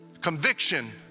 Conviction